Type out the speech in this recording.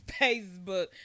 facebook